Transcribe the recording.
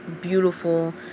beautiful